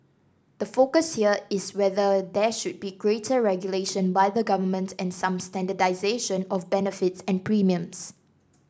the focus here is whether there should be greater regulation by the government and some standardisation of benefits and premiums